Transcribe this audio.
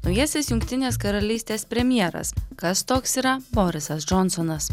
naujasis jungtinės karalystės premjeras kas toks yra borisas džonsonas